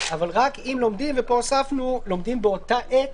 אבל רק אם לומדים ופה הוספנו: לומדים באותה עת